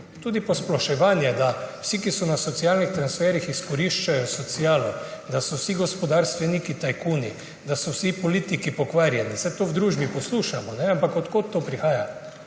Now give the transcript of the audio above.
Tudi posploševanje, da vsi, ki so na socialnih transferjih, izkoriščajo socialo, da so vsi gospodarstveniki tajkuni, da so vsi politiki pokvarjeni. Saj to v družbi poslušamo. Ampak od kod to prihaja?